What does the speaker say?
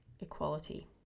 equality